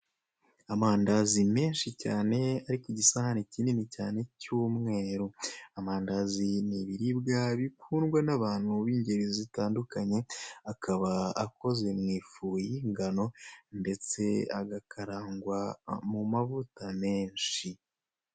Amandazi menshi cyane ari kugisahani kinini cyane cy'umweru, amandazi nibiribwa bikundwa nabantu bingeri zitandukanye akaba akozwe mwifu yingano ndetse agakarangwa mumavuta menshi.